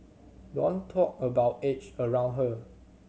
don't talk about age around her